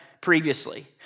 previously